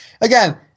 again